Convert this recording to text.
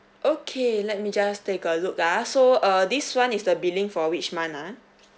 okay let me just take a look ah so uh this one is the billing for which month ah